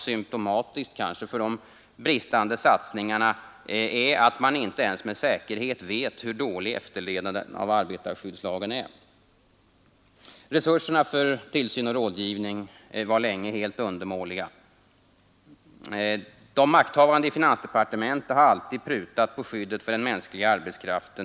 Symtomatiskt för de bristande satsningarna är kanske att man inte ens med säkerhet vet hur dålig efterlevnaden av arbetarskyddslagen är. Resurserna för tillsyn och rådgivning var länge helt undermåliga. ”De makthavande i finansdeparte mentet har alltid prutat på skyddet för den mänskliga arbetskraften.